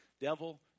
Devil